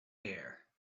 care